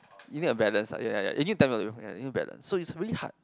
you need a balance ah ya ya you need time off you need a balance so it's really hard